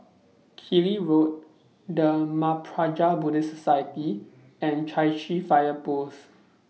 Killiney Road The Mahaprajna Buddhist Society and Chai Chee Fire Post